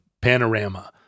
panorama